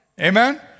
Amen